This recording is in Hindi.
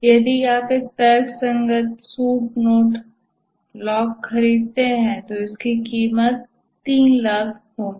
यदि आप एक तर्कसंगत सूट नोड लॉक खरीदते हैं तो इसकी कीमत 300000 होगी